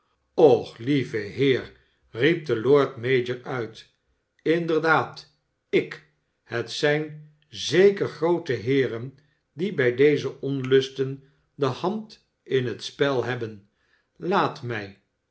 lieve heer riep de lord mayor uit slnderdaad ik het zijn zeker groote heeren die bij deze onlusten de hand in het spel hebben laat mij